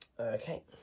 Okay